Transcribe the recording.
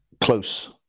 close